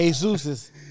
Jesus